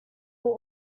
will